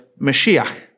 Mashiach